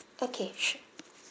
okay sure